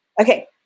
Okay